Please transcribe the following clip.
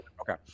Okay